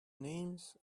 names